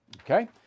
Okay